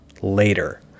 later